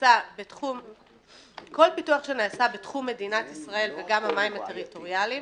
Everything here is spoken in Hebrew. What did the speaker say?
שנעשה בתחום מדינת ישראל, וגם במים הטריטוריאליים,